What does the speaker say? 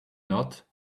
not